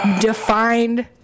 defined